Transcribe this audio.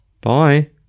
Bye